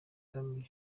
family